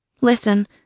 Listen